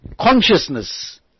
consciousness